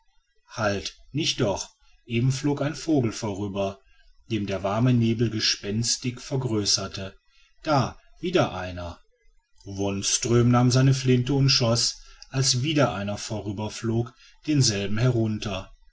halt nicht doch eben flog ein vogel vorüber den der warme nebel gespenstig vergrößerte da wieder einer wonström nahm seine flinte und schoß als wieder einer vorüberflog denselben herunter